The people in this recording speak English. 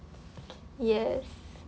yes